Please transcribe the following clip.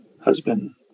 husband